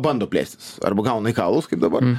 bando plėstis arba gauna į kaulus kaip dabar